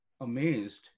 amazed